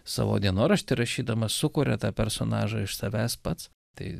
savo dienorašty rašydamas sukuria tą personažą iš savęs pats tai